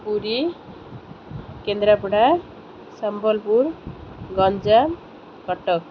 Puri Kendrapara Sambalpur Ganjam Cuttack